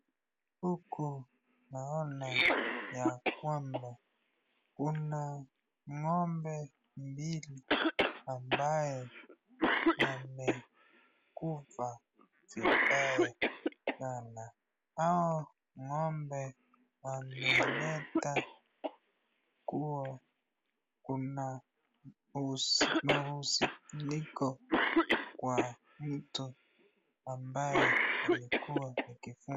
Huku naonaya kwamba kuna ng'ombe mbili ambaye amekufa vibaya sana. Hawa ng'ombe ameleta kuwa kuna mahusuniko kwa mtu ambaye alikuwa akifanya.